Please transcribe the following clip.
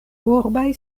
urbaj